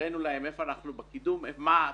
הראינו להם היכן אנחנו בקידום, מה התפקיד,